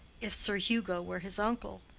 if sir hugo were his uncle.